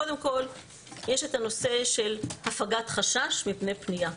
קודם כל יש הנושא של הפגת חשש מפני פנייה.